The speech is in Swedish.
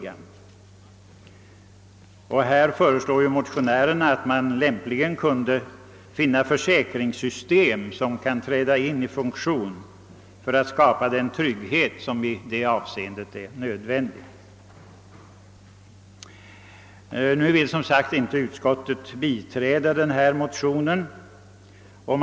Med hänsyn härtill föreslår motionärerna att man lämpligen bör införa ett försäkringssystem som kan träda i funktion för att skapa den trygghet som i det avseendet är nödvändig. Utskottet vill som sagt inte biträda motionerna.